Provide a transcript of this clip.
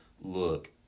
look